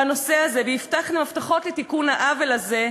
בנושא הזה והבטחתם הבטחות לתיקון העוול הזה,